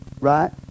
Right